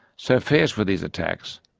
so fierce were these attacks,